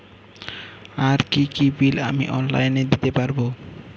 আর কি কি বিল আমি অনলাইনে দিতে পারবো?